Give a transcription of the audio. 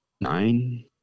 Nine